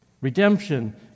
Redemption